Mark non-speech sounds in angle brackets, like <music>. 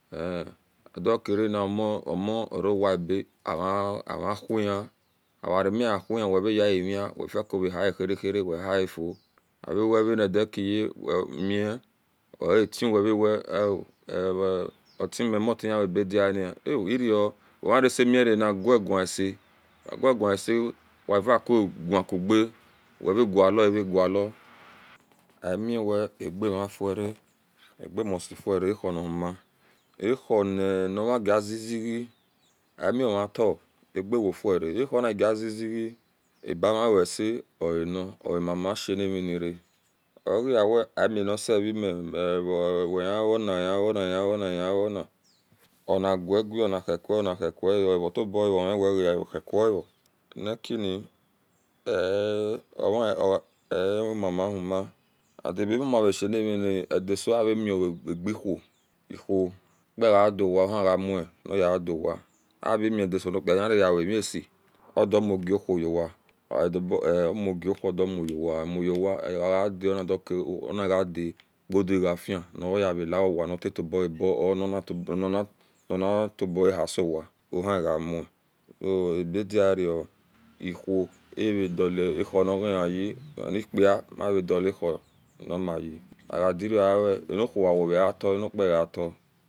Ehi wedokare <hesitation> omo omo orowa ebe <hesitation> amawhoye eivami awhoye wey eivaa wefi cagheahaher weheafo avumanikiye <hesitation> mi ri ogatwea <hesitation> otwemiomuaoero wemavacoqacova wevaga loweva galo <hesitation> amiwe agemafuira agemustifiura aro niwoma aro nio agezeze amiomota agewofiur agewofiur a aro nigazeze abam auhese oawani oamara shanarminia ogeawe amianise veme <hesitation> oagohiwana hiwani hiwani hiwani hiwani onigegi onhico ya hicoya ovetoboani onihicoaro nekin <hesitation> emamauhoma aebemamashi animini edaso ammami agiahon owhon okpoki-kpa adowa onegamu niyidowa avamidaso okpikpa hienvayawemisi odumuogo whom owa odubo e <hesitation> odumuogo whon omu uowa oda onigoi onagada uduafin niveyi teowa potato o abae <hesitation> onitoboahusowa ohiawn <hesitation> abegero iwhon avedulahu niga aua manu okpi kpa mavadulahu ni mwya ageorawa ani whon aveatao ani okpi kpa aveata